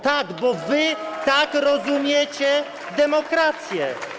Tak, bo wy tak rozumiecie demokrację.